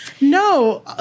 No